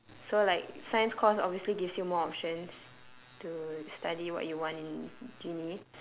so like science course obviously gives you more options to study what you want in uni